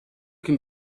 can